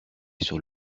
sur